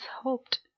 hoped